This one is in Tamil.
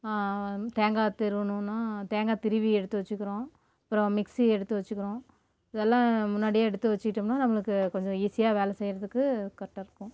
தேங்காய் திருவுணுன்னா தேங்காய் திருவி எடுத்து வச்சுக்கிறோம் அப்புறம் மிக்சி எடுத்து வச்சுக்கிறோம் இதெல்லாம் முன்னாடியே எடுத்து வச்சுக்கிட்டோம்னா நம்மளுக்கு கொஞ்சம் ஈஸியா வேலை செய்கிறதுக்கு கரெக்டா இருக்கும்